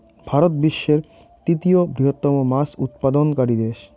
ভারত বিশ্বের তৃতীয় বৃহত্তম মাছ উৎপাদনকারী দেশ